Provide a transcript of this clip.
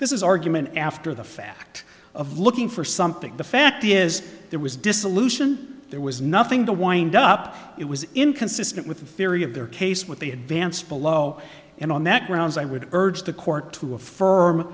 this is argument after the fact of looking for something the fact is there was dissolution there was nothing to wind up it was inconsistent with the theory their case with the advanced below and on that grounds i would urge the court to